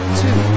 two